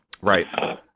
Right